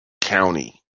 county